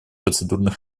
процедурный